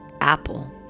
apple